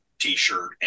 T-shirt